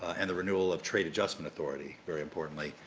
ah and the renewal of trade adjustment authority, very importantly,